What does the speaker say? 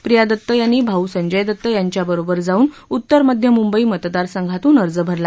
प्रिया दत्त यांनी भाऊ संजय दत्त यांच्याबरोबर जाऊन उत्तर मध्य मुंबई मतदारसंघातून अर्ज भरला